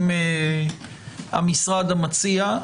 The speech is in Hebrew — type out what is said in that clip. המשרד המציע.